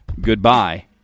Goodbye